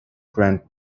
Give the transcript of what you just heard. grand